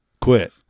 quit